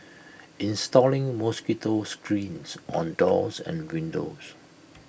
installing mosquito screens on doors and windows